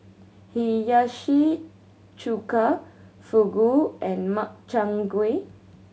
Hiyashi Chuka Fugu and Makchang Gui